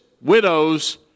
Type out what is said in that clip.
widows